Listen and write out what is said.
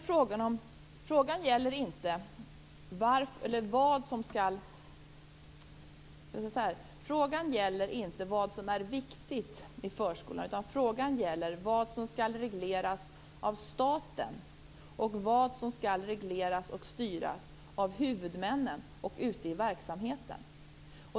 Frågan gäller inte vad som är viktigt i förskolan utan vad som skall regleras av staten och vad som skall styras av huvudmännen ute i verksamheten.